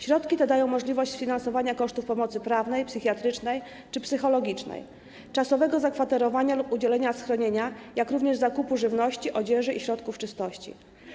Środki te dają możliwość sfinansowania kosztów pomocy prawnej, psychiatrycznej czy psychologicznej, czasowego zakwaterowania lub udzielenia schronienia, jak również zakupu żywności, odzieży i środków czystości.